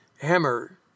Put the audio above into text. Hammer